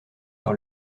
par